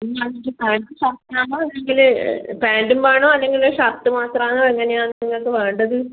പിന്നെ ആണെങ്കിൽ പാൻറ്റും ഷർട്ടും ആണോ അല്ലെങ്കിൽ പാൻറ്റും വേണോ അല്ലെങ്കിൽ ഷർട്ട് മാത്രം ആണോ എങ്ങനെയാണ് നിങ്ങൾക്ക് വേണ്ടത്